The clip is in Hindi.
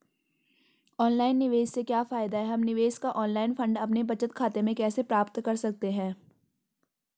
ऑनलाइन निवेश से क्या फायदा है हम निवेश का ऑनलाइन फंड अपने बचत खाते में कैसे प्राप्त कर सकते हैं?